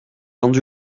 vendu